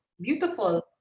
beautiful